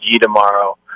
tomorrow